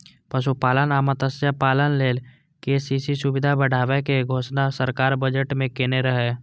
पशुपालन आ मत्स्यपालन लेल के.सी.सी सुविधा बढ़ाबै के घोषणा सरकार बजट मे केने रहै